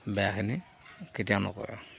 বেয়াখিনি কেতিয়াও নকৰে